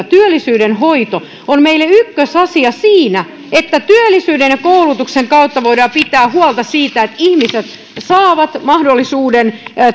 työllisyyden hoito on meille ykkösasia siinä että työllisyyden ja koulutuksen kautta voidaan pitää huolta siitä että ihmiset saavat mahdollisuuden